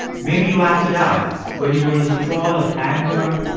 maybe you acted out when you were in the thrall of anger,